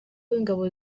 w’ingabo